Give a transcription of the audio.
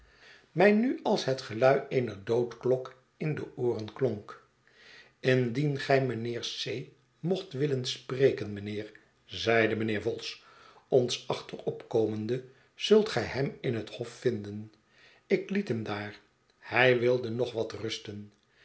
mij nu als het gelui eener doodklok in de ooren klonk indien gij mijnheer c mocht willen spreken mijnheer zeide mijnheer vholes ons achterop komende zult gij hem in het hof vinden ik liet hem daar hij wilde nog wat rusten